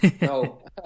no